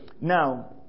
Now